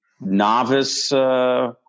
novice